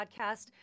podcast